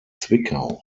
zwickau